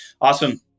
awesome